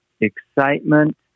excitement